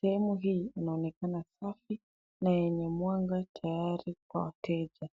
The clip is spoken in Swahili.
Sehemu hii inaonekana safi yenye tayari kwa wateja.